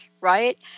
Right